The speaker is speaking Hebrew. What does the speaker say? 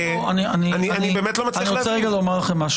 אני באמת לא מצליח להבין.